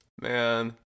man